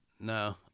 No